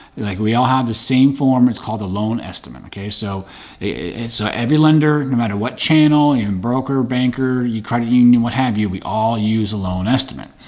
like we all have the same form, it's called a loan estimate. okay, so it's every lender, no matter what channel, yeah and broker, banker, credit union, what have you. we all use a loan estimate.